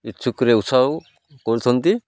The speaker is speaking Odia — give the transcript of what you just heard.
ଇଛୁକରେ ଉତ୍ସାହ କରୁଛନ୍ତି